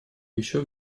еще